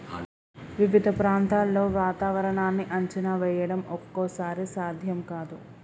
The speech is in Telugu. వివిధ ప్రాంతాల్లో వాతావరణాన్ని అంచనా వేయడం ఒక్కోసారి సాధ్యం కాదు